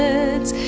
birds,